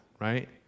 right